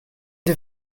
the